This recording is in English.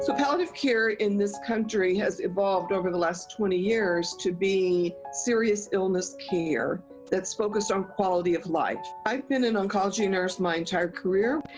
so palliative care in this country has evolved over the last twenty years to be serious illness care that's focused on quality of life. i have been an oncology nurse my entire career.